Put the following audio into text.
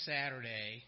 Saturday